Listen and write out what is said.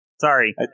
Sorry